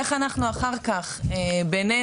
איך אנחנו אחר כך בינינו,